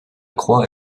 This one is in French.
croix